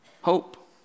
Hope